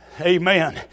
Amen